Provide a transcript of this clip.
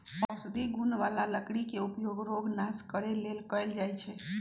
औषधि गुण बला लकड़ी के उपयोग रोग नाश करे लेल कएल जाइ छइ